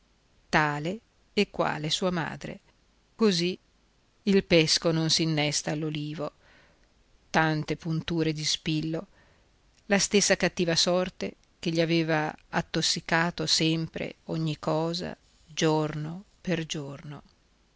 tale e quale sua madre così il pesco non s'innesta all'ulivo tante punture di spillo la stessa cattiva sorte che gli aveva attossicato sempre ogni cosa giorno per giorno